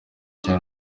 cya